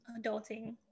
adulting